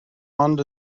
ond